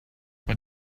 but